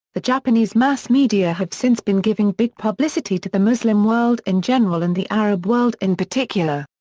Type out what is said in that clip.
the japanese mass media have since been giving big publicity to the muslim world in general and the arab world in particular.